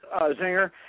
Zinger